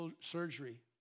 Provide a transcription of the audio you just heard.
surgery